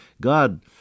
God